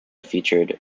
featured